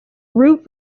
route